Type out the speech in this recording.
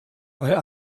bei